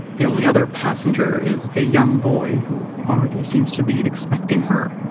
the only other passenger is a young boy who already seems to be expecting her.